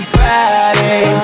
Friday